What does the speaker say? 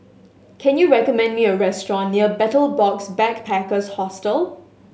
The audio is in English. can you recommend me a restaurant near Betel Box Backpackers Hostel